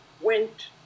went